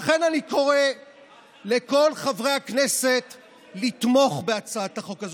לכן אני קורא לכל חברי הכנסת לתמוך בהצעת החוק הזאת.